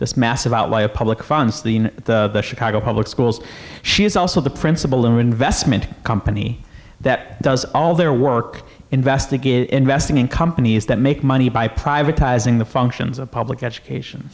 this massive outlie of public funds the chicago public schools she is also the principal investment company that does all their work investigate investing in companies that make money by privatizing the functions of public education